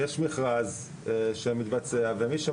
יש מכרז שמתבצע, ומי שמגיש.